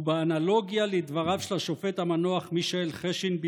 ובאנלוגיה לדבריו של השופט המנוח מישאל חשין,